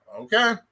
Okay